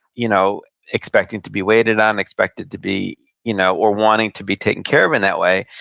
you know expecting to be waited on, expected to be you know or wanting to be taken care of in that way,